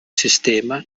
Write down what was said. sistema